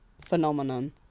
phenomenon